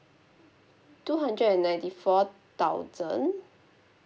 two hundred and ninety four thousand